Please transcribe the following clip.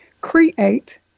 Create